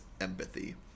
empathy